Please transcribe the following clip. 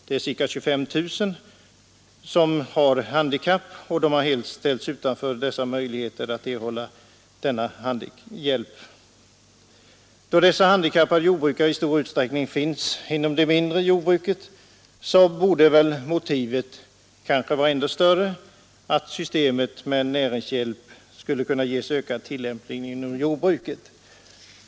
Det rör sig om 25 000 jordbrukare, alla under 67 år, som alltså ställs utanför möjligheten att erhålla den hjälp andra handikappade kan erhålla. Då dessa handikappade jordbrukare i stor utsträckning finns inom det mindre jordbruket, borde motivet vara ännu starkare för att systemet med näringshjälp åt handikappade ges ökad tillämpning inom jordbruket.